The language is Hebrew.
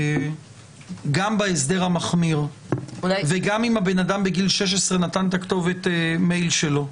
שגם בהסדר המחמיר וגם אם הבן אדם בגיל 16 נתן את כתובת המייל שלו,